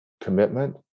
commitment